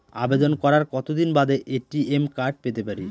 আবেদন করার কতদিন বাদে এ.টি.এম কার্ড পেতে পারি?